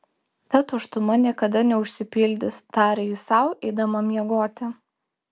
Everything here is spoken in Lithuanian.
ta tuštuma niekada neužsipildys tarė ji sau eidama miegoti